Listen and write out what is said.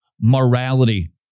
morality